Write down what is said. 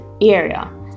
area